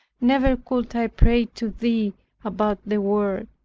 never could i pray to thee about the world,